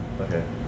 Okay